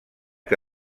que